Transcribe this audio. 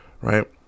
right